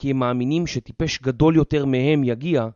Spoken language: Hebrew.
כי הם מאמינים שטיפש גדול יותר מהם יגיע.